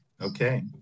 Okay